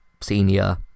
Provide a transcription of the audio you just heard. senior